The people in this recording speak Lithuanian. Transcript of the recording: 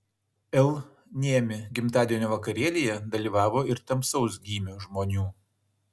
l niemi gimtadienio vakarėlyje dalyvavo ir tamsaus gymio žmonių